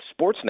sportsnet